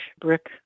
brick